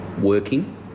working